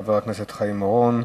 חבר הכנסת חיים אורון.